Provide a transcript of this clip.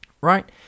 right